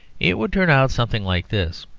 it would turn out something like this